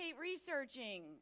researching